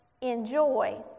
enjoy